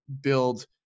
build